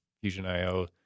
Fusion.io